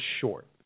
short